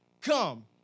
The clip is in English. come